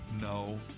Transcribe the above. no